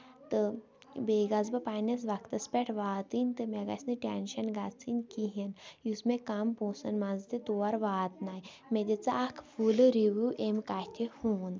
تہٕ بیٚیہِ گژھ بہٕ پَنٕنِس وقتَس پٮ۪ٹھ واتٕنۍ تہٕ مےٚ گژھِ نہٕ ٹینشن گژھنۍ کِہینۍ یُس مےٚ کَم پونسَن منٛز تہِ تور واتناوِ مےٚ دِ ژٕ اکھ فوٚل رِویو اَمہِ کَتھِ ہُنٛد